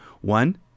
One